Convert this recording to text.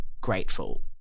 grateful